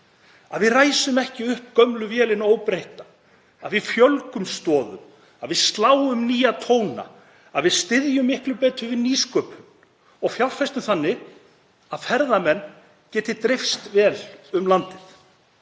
að við ræsum ekki upp gömlu vélina óbreytta, að við fjölgum stoðum, sláum nýja tóna og að við styðjum miklu betur við nýsköpun og fjárfestum þannig að ferðamenn geti dreifst vel um landið.